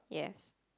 yes